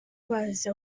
bazi